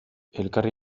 elkarri